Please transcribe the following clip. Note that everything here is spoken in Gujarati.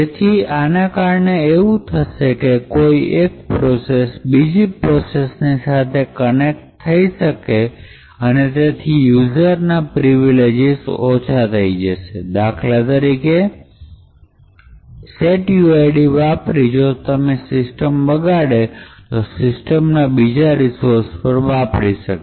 જેથી આને કારણે કેવું થશે કે કોઈ એક પ્રોસેસ બીજી પ્રોસેસ ની સાથે કનેક્ટ થઈ શકે અને તેથી એ યુઝરના પ્રિવિલગજ ઓછા થઇ જશે દાખલા તરીકે setuid વાપરીને જો સિસ્ટમ બગાડે તો સિસ્ટમ ના બીજા રિસોર્સ પણ વાપરી શકે